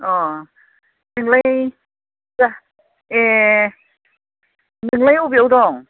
अह नोंलाय दा ए नोंलाय अबेयाव दं